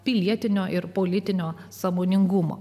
pilietinio ir politinio sąmoningumo